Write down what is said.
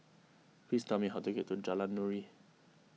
please tell me how to get to Jalan Nuri